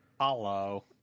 Hello